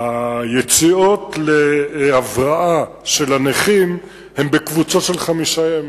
היציאות להבראה של הנכים הן בקבוצות של חמישה ימים.